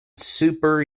super